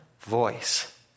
voice